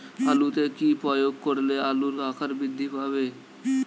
আলুতে কি প্রয়োগ করলে আলুর আকার বৃদ্ধি পাবে?